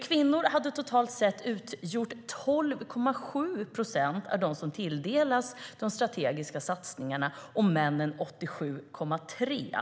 Kvinnor hade totalt sett utgjort 12,7 procent av dem som tilldelades strategiska satsningar och männen 87,3 procent.